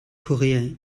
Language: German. korea